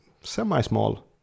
semi-small